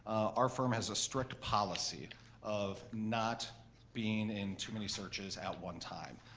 our firm has a strict policy of not being in too many searches at one time.